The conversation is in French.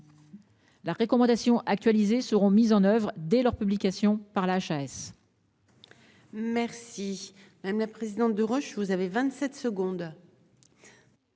La recommandation actualisées seront mises en oeuvre dès leur publication par la chasse. Merci madame la présidente de Roche, vous avez 27 secondes.